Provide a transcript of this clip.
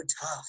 tough